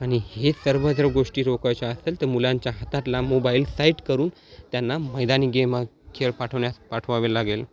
आणि हे सर्व जर गोष्टी रोखायच्या असेल तर मुलांच्या हातातला मोबाईल साईट करून त्यांना मैदानी गेम खेळ पाठवल्यास पाठवावे लागेल